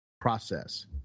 process